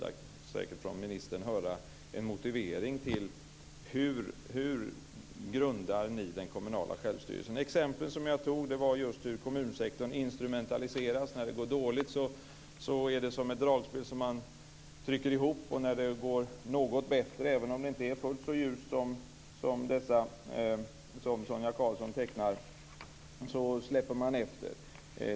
Jag vill gärna från majoritetens sida - säkert från ministern - höra vad ni grundar den kommunala självstyrelsen på. Jag tog upp exempel just på hur kommunsektorn instrumentaliseras. När det går dåligt är det som ett dragspel som man trycker ihop. När det går något bättre, även om det inte är fullt så ljust som Sonia Karlsson tecknar, släpper man efter.